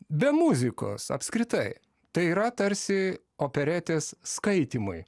be muzikos apskritai tai yra tarsi operetės skaitymai